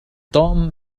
توم